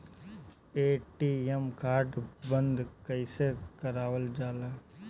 ATM card बन्द कईसे करावल जाला?